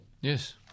Yes